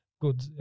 good